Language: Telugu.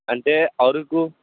అంటే అరుకు